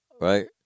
right